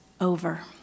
over